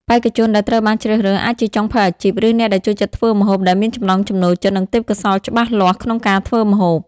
បេក្ខជនដែលត្រូវបានជ្រើសរើស អាចជាចុងភៅអាជីព ឬអ្នកដែលចូលចិត្តធ្វើម្ហូប ដែលមានចំណង់ចំណូលចិត្ត និងទេពកោសល្យច្បាស់លាស់ក្នុងការធ្វើម្ហូប។